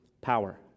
power